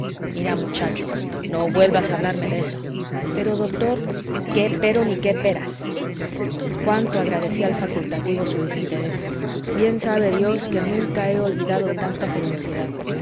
mira muchacho no vuelvas a hablarme de eso pero doctor qué pero ni qué peras cuánto agradecí al facultativo su desinterés bien sabe dios que nunca he olvidado tanta generosidad